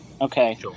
Okay